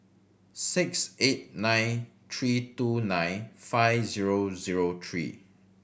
six eight nine three two nine five zero zero three